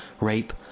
rape